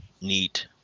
neat